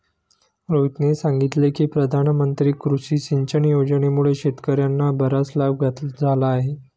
रोहितने सांगितले की प्रधानमंत्री कृषी सिंचन योजनेमुळे शेतकर्यांना बराच लाभ झाला आहे